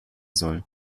soll